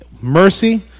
mercy